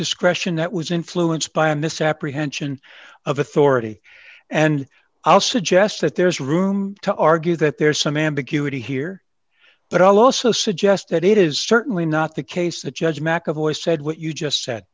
discretion that was influenced by a misapprehension of authority and i'll suggest that there's room to argue that there's some ambiguity here but i'll also suggest that it is certainly not the case the judge mcevoy said what you just said